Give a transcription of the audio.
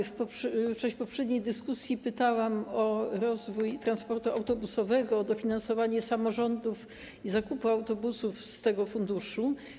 W czasie poprzedniej dyskusji pytałam o rozwój transportu autobusowego, dofinansowanie samorządów i zakupy autobusów z tego funduszu.